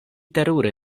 terure